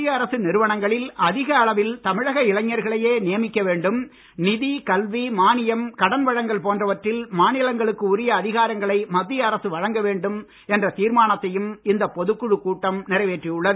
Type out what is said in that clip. மத்திய அரசு நிறுவனங்களில் அதிகளவில் தமிழக இளைஞர்களையே நியமிக்க வேண்டும் நிதி கல்வி மானியம் கடன் வழங்கல் போன்றவற்றில் மாநிலங்களுக்கு உரிய அதிகாரங்களை மத்திய அரசு வழங்க வேண்டும் என்ற தீர்மானத்தையும் இந்த பொதுக் குழு கூட்டம் நிறைவேற்றி உள்ளது